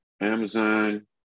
amazon